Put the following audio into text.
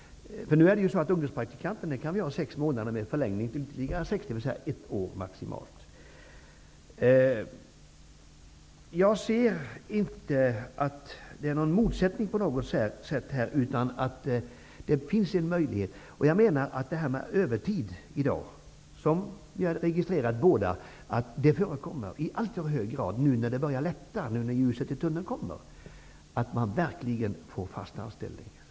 Ungdomspraktikant kan man ha i sex månader, med en förlängning till maximalt ett år. Jag ser inte att det finns någon motsättning på något sätt här, utan det finns möjligheter. Vi har registrerat båda två att övertid i dag förekommer i alltför hög grad nu när det börjar lätta, när ljuset i tunneln kommer, för man vill verkligen få fast anställning.